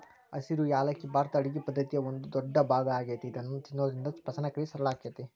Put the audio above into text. ಹಸಿರು ಯಾಲಕ್ಕಿ ಭಾರತದ ಅಡುಗಿ ಪದ್ದತಿಯ ಒಂದ ದೊಡ್ಡಭಾಗ ಆಗೇತಿ ಇದನ್ನ ತಿನ್ನೋದ್ರಿಂದ ಪಚನಕ್ರಿಯೆ ಸರಳ ಆಕ್ಕೆತಿ